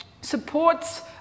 supports